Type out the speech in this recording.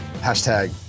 hashtag